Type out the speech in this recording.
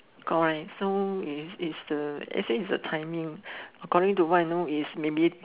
got wine so is is the let's say is the timing according to what I know is maybe